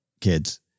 kids